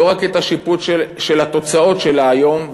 לא רק את השיפוט של התוצאות שלה היום,